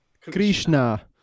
Krishna